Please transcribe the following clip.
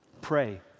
Pray